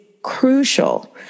crucial